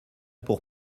pour